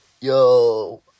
yo